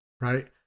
Right